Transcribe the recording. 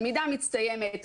תלמידה מצטיינת,